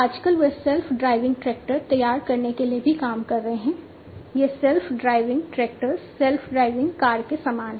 आजकल वे self driving tractor तैयार करने के लिए भी काम कर रहे हैं यह self driving tractors self driving car के समान है